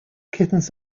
kittens